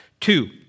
Two